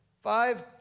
Five